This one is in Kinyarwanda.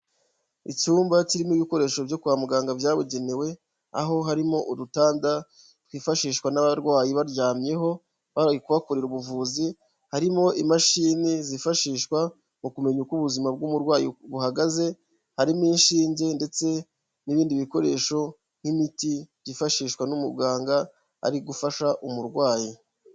Icyumba kirimo ibikoresho byo kwa muganga byabugenewe, aho harimo urutanda twifashishwa n'abarwayi baryamyeho kubahakorera ubuvuzi, harimo imashini zifashishwa mu kumenya uko ubuzima bw'umurwayi buhagaze, harimo ishinge ndetse n'ibindi bikoresho nk'imiti byifashishwa n'umuganga ari gufasha umurwayi.